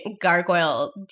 gargoyle